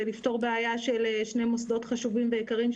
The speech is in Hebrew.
לפתור בעיה של שני מוסדות חשובים ויקרים,